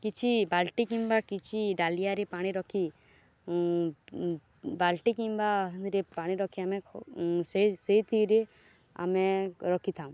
କିଛି ବାଲ୍ଟି କିମ୍ବା କିଛି ଡ଼ାଲିଆରେ ପାଣି ରଖି ବାଲ୍ଟି କିମ୍ବାରେ ପାଣି ରଖି ଆମେ ସେଇଥିରେ ଆମେ ରଖିଥାଉ